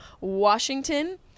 Washington